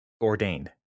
ordained